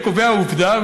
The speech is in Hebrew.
אני קובע עובדה,